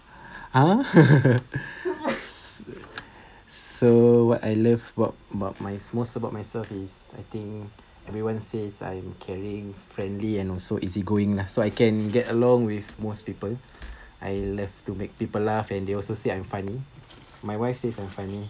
ah so what I love about about my most about myself is I think everyone says I am caring friendly and also easy going lah so I can get along with most people I love to make people laugh and they also say I'm funny my wife says I'm funny